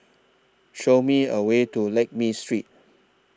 Show Me A Way to Lakme Street